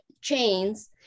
chains